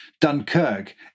Dunkirk